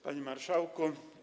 Panie Marszałku!